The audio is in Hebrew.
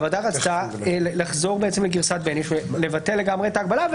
הוועדה רצתה לחזור לגרסת בייניש ולבטל לגמרי את ההגבלה,